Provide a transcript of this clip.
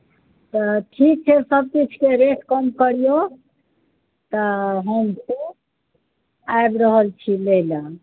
ठीक छै सब किछु के रेट कम करियौ तऽ हम से आबि रहल छी लय लए